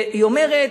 היא אומרת,